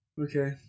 Okay